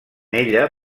ella